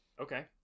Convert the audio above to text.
Okay